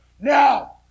Now